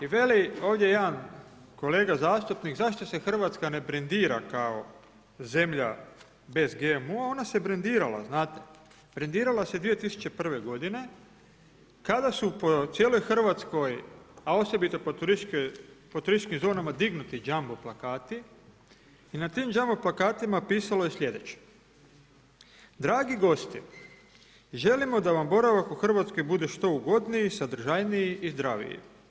I veli ovdje jedan kolega zastupnik, zašto se Hrvatska ne brendira kao zemlja bez GMO-a, ona se brendirala, brendirala se 2001. godine kada su po cijeloj Hrvatskoj, a osobito po turističkim zonama dignuti jumbo plakati i na tim jumbo plakatima pisalo je sljedeće: „Dragi gosti, želimo da vam boravak u Hrvatskoj bude što ugodniji, sadržajniji i zdraviji.